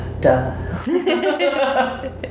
Duh